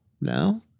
No